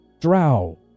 drow